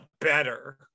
better